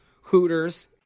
Hooters